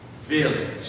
village